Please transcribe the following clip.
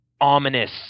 ominous